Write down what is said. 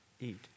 eat